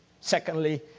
Secondly